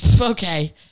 Okay